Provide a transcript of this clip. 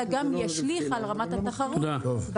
אלא גם להשליך על רמת התחרות במגזר.